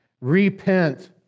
Repent